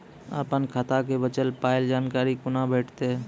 अपन खाताक बचल पायक जानकारी कूना भेटतै?